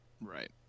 Right